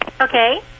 Okay